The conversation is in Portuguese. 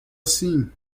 assim